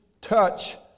touch